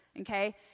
okay